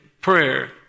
prayer